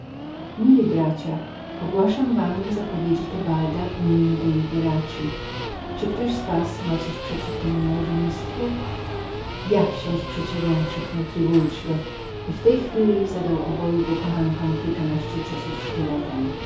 mili chrześcijanie ogłaszam wam zapowiedzi teobalda i niny dei gieraci czy kto z was ma co przeciw temu małżeństwu ja się temu sprzeciwiam krzyknął triwuld i w tej chwili zadał obu kochankom kilkanaście ciosów sztyletem